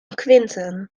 quinten